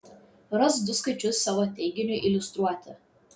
rask du skaičius savo teiginiui iliustruoti